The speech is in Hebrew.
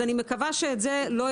אני מקווה שזה לא יהיה.